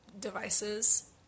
devices